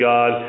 God